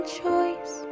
choice